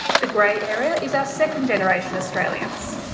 the grey area is our second-generation australians.